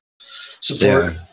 support